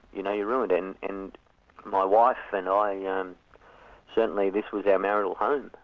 you know you're ruined. and and my wife and i, and certainly this was our marital home,